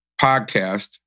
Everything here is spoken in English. podcast